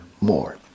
more